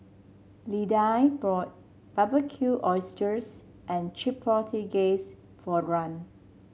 Lidie bought Barbecue Oysters and Chipotle Glaze for Rand